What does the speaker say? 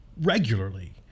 regularly